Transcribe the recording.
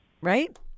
Right